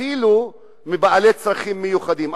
אפילו בעלי צרכים מיוחדים.